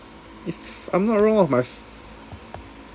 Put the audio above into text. if I'm not wrong must